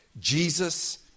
Jesus